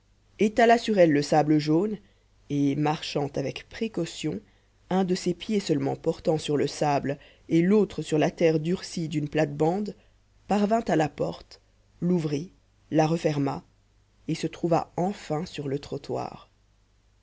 sur elles le sable jaune et marchant avec précaution un de ses pieds seulement portant sur le sable et l'autre sur la terre durcie d'une plate-bande parvint à la porte l'ouvrit la referma et se trouva enfin sur le trottoir